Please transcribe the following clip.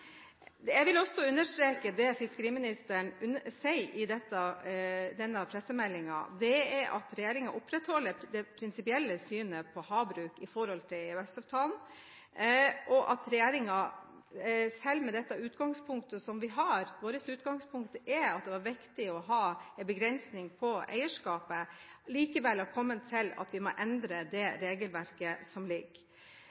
Jeg vil også understreke det fiskeriministeren sier i denne pressemeldingen, at regjeringen opprettholder det prinsipielle synet på havbruk i forhold til EØS-avtalen, og at regjeringen selv med det utgangspunktet som vi har – vårt utgangspunkt er at det er viktig å ha en begrensning på eierskapet – likevel har kommet til at de må endre det regelverket som ligger. I det som nå er sendt ut, er det